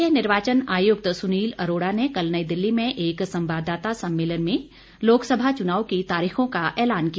मुख्य निर्वाचन आयुक्त सुनील अरोड़ा ने कल नई दिल्ली में एक संवाददाता सम्मेलन में लोकसभा चुनाव की तारीखों का एलान किया